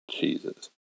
Jesus